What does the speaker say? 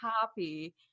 happy